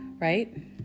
right